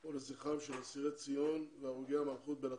או לזכרם של אסירי ציון והרוגי המלכות בלטרון.